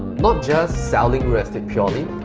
not just selling real estate purely,